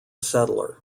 settler